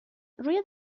روی